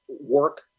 Work